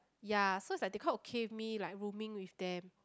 ya so it's like they quite okay with me like rooming with them